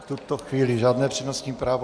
V tuto chvíli žádné přednostní právo.